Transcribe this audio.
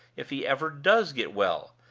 if he ever does get well.